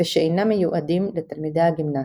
ושאינם מיועדים לתלמידי הגימנסיה.